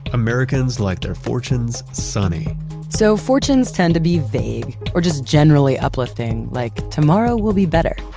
americans like their fortunes sunny so fortunes tend to be vague or just generally uplifting, like tomorrow will be better,